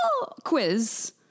quiz